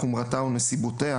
חומרתה או נסיבותיה